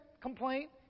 complaint